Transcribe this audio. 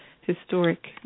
historic